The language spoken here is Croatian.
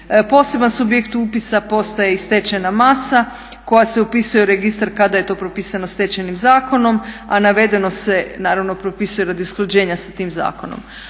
Poseban subjekt upisa postaje i stečajna masa koja se upisuje u registar kada je to propisano Stečajnim zakonom, a navedeno se naravno propisuje radi usklađenja sa tim zakonom.